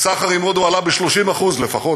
הסחר עם הודו עלה ב-30% לפחות,